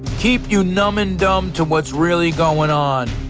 keep you numb and dumb to what's really going on.